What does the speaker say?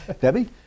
Debbie